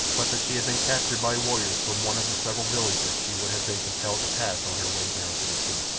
but that she had been captured by warriors from one of the several villages she would have been compelled to pass on her way down to the sea.